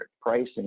pricing